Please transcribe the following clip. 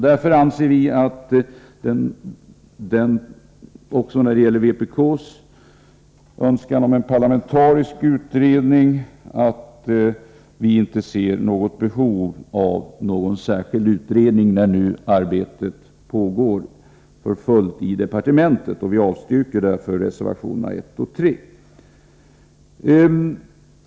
Då arbetet således pågår för fullt i departementet, ser vi inget behov av den parlamentariska utredning som vpk önskar få till stånd. Vi avstyrker därför reservationerna 1 och 3.